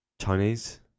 Chinese